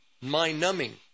mind-numbing